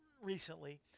recently